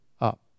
up